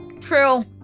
True